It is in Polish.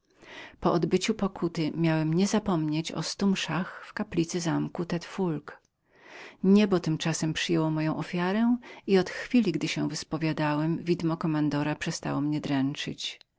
po odbyciu pokuty miałem niezapomnieć o stu mszach w kaplicy zamku foulque niebo tymczasem przyjęło moją ofiarę i od chwili gdy się wyspowiadałem widmo kommandora przestało mnie